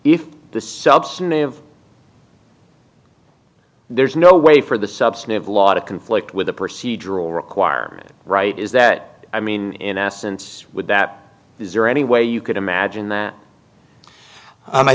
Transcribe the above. if this substantive there's no way for the substantive lot of conflict with a procedural requirement right is that i mean in essence would that is there any way you could imagine that